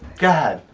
god,